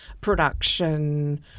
production